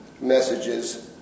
messages